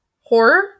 Horror